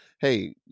Hey